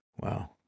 Wow